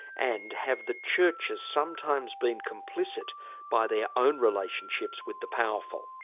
and, have the churches sometimes been complicit by their own relationships with the powerful?